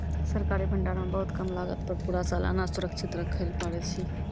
सरकारी भंडार मॅ बहुत कम लागत पर पूरा साल अनाज सुरक्षित रक्खैलॅ पारै छीं